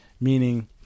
Meaning